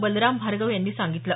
बलराम भार्गव यांनी सांगितलं